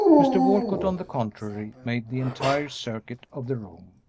mr. walcott, on the contrary, made the entire circuit of the room,